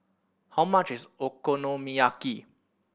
how much is Okonomiyaki